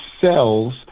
cells